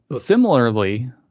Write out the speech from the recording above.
Similarly